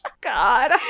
God